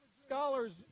Scholars